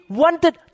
wanted